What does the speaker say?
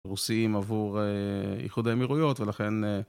רוסים עבור איחוד האמירויות ולכן